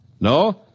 No